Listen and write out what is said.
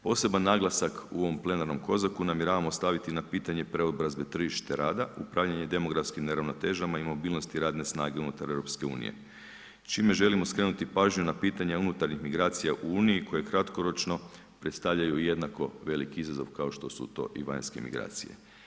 Poseban naglasak u ovom plenarnom COSAC-u namjeravamo staviti na pitanje preobrazbe tržište rada, upravljanje demografskim neravnotežama i mobilnosti radne snage unutar EU čime želimo skrenuti pažnju na pitanja unutarnjih migracija u Uniji koje kratkoročno predstavljaju i jednako veliki izazov kao što su to i vanjske migracije.